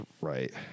right